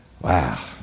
Wow